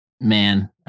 man